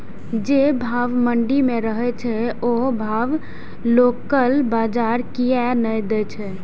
जे भाव मंडी में रहे छै ओ भाव लोकल बजार कीयेक ने दै छै?